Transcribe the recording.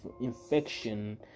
infection